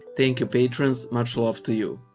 thank you patrons. much love to you!